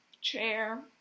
chair